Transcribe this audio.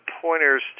pointers